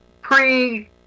pre